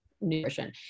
nutrition